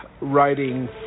writing